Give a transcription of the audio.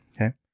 okay